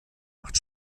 macht